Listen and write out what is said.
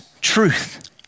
truth